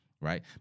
right